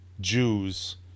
Jews